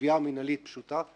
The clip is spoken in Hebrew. לגבייה מינהלית פשוטה,